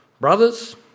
Brothers